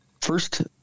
first